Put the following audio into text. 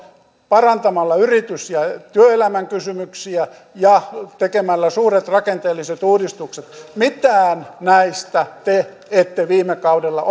parantamalla yritys ja työelämän kysymyksiä ja tekemällä suuret rakenteelliset uudistukset mitään näistä te ette viime kaudella